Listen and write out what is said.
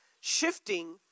shifting